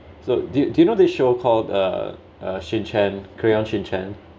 so do do you know this show called the uh shin chan crayon shin chan